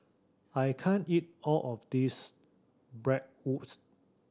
I can't eat all of this Bratwurst